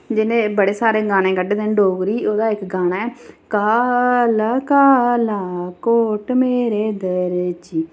जिन्ने बड़े सारे गाने कड्ढे दे न डोगरी ओह्दा इक गाना ऐ काला काला कोट मेरे दर्जी